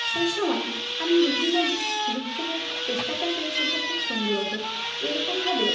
সেই সময় আমি বিভিন্ন দিক থেকে চেষ্টা করছি যাতে ছবিটা খুব সুন্দর ওঠে এরকমভাবে